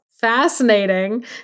fascinating